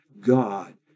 God